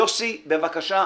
יוסי, בבקשה.